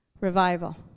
revival